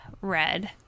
Red